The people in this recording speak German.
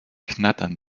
knattern